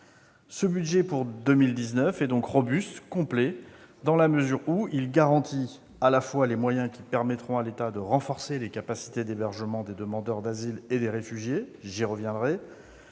Ce budget pour 2019 est donc robuste et complet. En effet, il garantit les moyens qui permettront à l'État de renforcer les capacités d'hébergement des demandeurs d'asile et des réfugiés- j'y reviendrai.